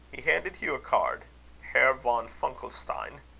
he handed hugh a card herr von funkelstein.